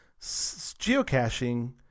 geocaching